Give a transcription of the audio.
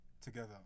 together